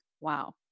Wow